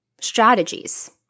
strategies